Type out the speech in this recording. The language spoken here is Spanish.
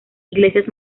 iglesias